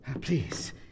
please